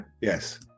Yes